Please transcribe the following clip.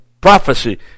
prophecy